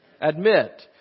Admit